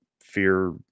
fear